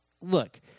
Look